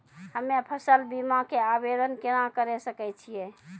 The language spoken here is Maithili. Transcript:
हम्मे फसल बीमा के आवदेन केना करे सकय छियै?